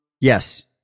Yes